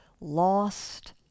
lost